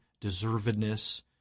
deservedness